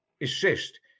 assist